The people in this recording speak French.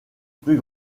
plus